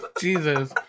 Jesus